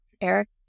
Eric